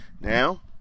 Now